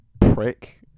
prick